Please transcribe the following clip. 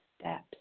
steps